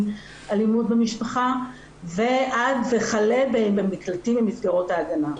אלימות במשפחה וכלה במקלטים ובמסגרות ההגנה.